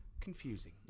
confusing